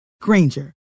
Granger